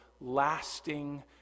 lasting